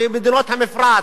ומדינות המפרץ,